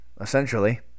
essentially